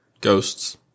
Ghosts